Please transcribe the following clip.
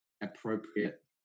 appropriate